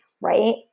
right